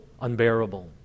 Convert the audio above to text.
unbearable